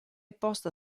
posta